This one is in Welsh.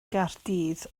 gaerdydd